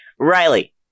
Riley